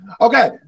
Okay